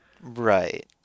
Right